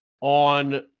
on